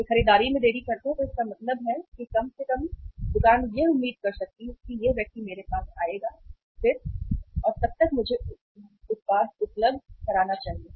वे खरीदारी में देरी करते हैं तो इसका मतलब है कि कम से कम दुकान यह उम्मीद कर सकती है कि यह व्यक्ति फिर से मेरे पास आएगा और तब तक मुझे उत्पाद उपलब्ध कराना चाहिए